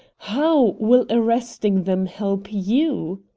how will arresting them help you?